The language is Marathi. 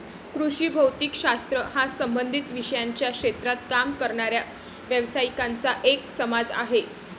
कृषी भौतिक शास्त्र हा संबंधित विषयांच्या क्षेत्रात काम करणाऱ्या व्यावसायिकांचा एक समाज आहे